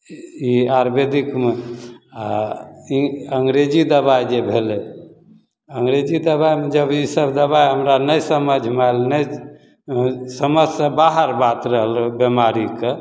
ई ई आयुर्वेदिकमे आओर ई अन्गरेजी दवाइ जे भेलै अन्गरेजी दवाइमे जब ईसब दवाइ हमरा नहि समझमे आएल नहि समझसे बाहर बात रहल बेमारीके